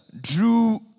drew